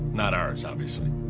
not ours, obviously.